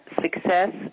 success